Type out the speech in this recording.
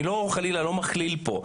אני לא מכליל פה,